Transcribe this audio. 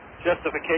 justification